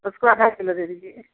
उसको आधा किलो दे दीजिए